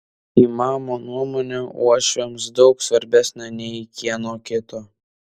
imamo nuomonė uošviams daug svarbesnė nei kieno kito